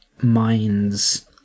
minds